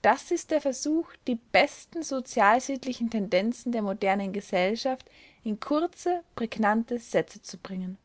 das ist der versuch die besten sozialsittlichen tendenzen der modernen gesellschaft in kurze prägnante sätze zu bringen